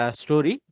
story